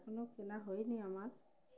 এখনো কেনা হয়নি আমার